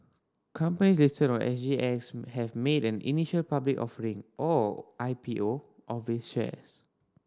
company listed on S G X have made an initial public offering or I P O of its shares